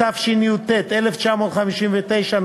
התשי"ט 1959 ,